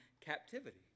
captivity